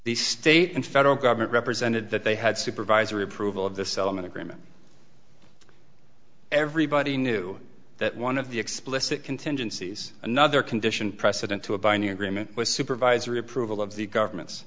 the state and federal government represented that they had supervisory approval of the settlement agreement everybody knew that one of the explicit contingencies another condition precedent to a binding agreement was supervisory approval of the government